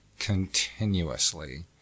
Continuously